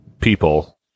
people